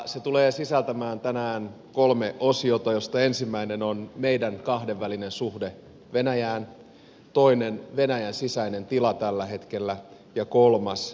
se tulee sisältämään tänään kolme osiota joista ensimmäinen on meidän kahdenvälinen suhde venäjään toinen on venäjän sisäinen tila tällä hetkellä ja kolmas on kansainvälinen kuva